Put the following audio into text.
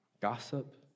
gossip